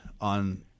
on